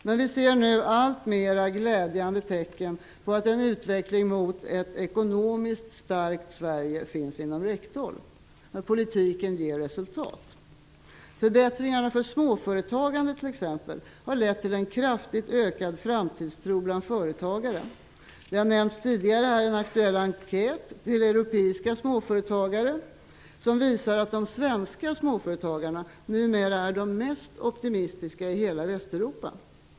Men vi ser nu allt fler glädjande tecken på att en utveckling mot ett ekonomiskt starkt Sverige finns inom räckhåll. Politiken ger resultat. Förbättringarna för småföretagandet, t.ex., har lett till en kraftigt ökad framtidstro bland företagare. Det har tidigare talats om en aktuell enkät som har gått ut till europeiska småföretagare. Den visar att de svenska småföretagarna numera är de mest optimistiska i hela Västeuropa.